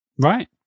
Right